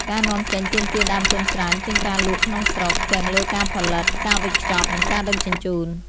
ការនាំចេញទាមទារដើមទុនច្រើនជាងការលក់ក្នុងស្រុក ទាំងលើការផលិត ការវេចខ្ចប់ និងការដឹកជញ្ជូន។